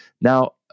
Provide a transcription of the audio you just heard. Now